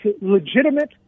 legitimate